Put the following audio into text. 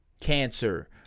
cancer